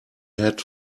had